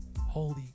holy